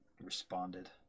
responded